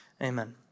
amen